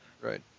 Right